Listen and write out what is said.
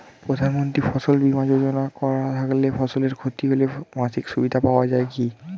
প্রধানমন্ত্রী ফসল বীমা যোজনা করা থাকলে ফসলের ক্ষতি হলে মাসিক সুবিধা পাওয়া য়ায় কি?